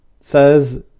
says